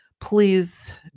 Please